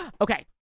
Okay